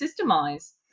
systemize